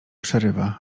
przerywa